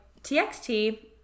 TXT